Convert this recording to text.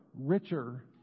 richer